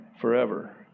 forever